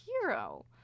hero